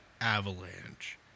Avalanche